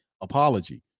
apology